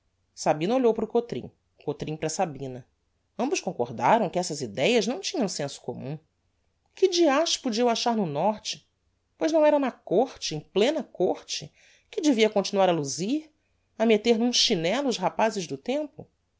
sabina olhou para o cotrim o cotrim para sabina ambos concordaram que essas idéas não tinham senso commum que diacho podia eu achar no norte pois não era na côrte em plena côrte que devia continuar a luzir a metter n'um chinello os rapazes do tempo